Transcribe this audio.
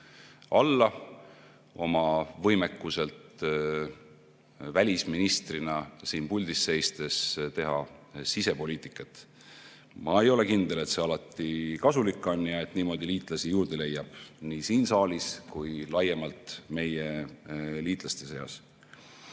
alla oma võimekuselt välisministrina siin puldis seistes teha sisepoliitikat. Ma ei ole kindel, et see alati kasulik on ja et niimoodi liitlasi juurde leiab, nii siin saalis kui laiemalt meie liitlaste seas.